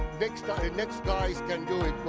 next guys next guys can do it, what